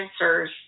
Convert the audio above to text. answers